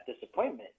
disappointment